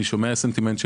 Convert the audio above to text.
אני שומע סנטימנט שמשתנה.